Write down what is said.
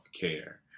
care